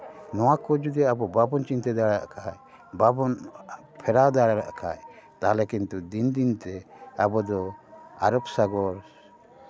ᱱᱚᱣᱟ ᱠᱚ ᱡᱩᱫᱤ ᱟᱵᱚ ᱵᱟᱵᱚᱱ ᱪᱤᱱᱛᱟᱹ ᱫᱟᱲᱮᱭᱟᱜ ᱠᱷᱟᱡ ᱵᱟᱵᱚᱱ ᱯᱷᱮᱨᱟᱣ ᱫᱟᱲᱮᱭᱟᱜ ᱠᱷᱟᱡ ᱛᱟᱦᱚᱞᱮ ᱠᱤᱱᱛᱩ ᱫᱤᱱ ᱫᱤᱱᱛᱮ ᱟᱵᱚ ᱫᱚ ᱟᱨᱚᱵ ᱥᱟᱜᱚᱨ